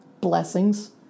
Blessings